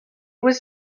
was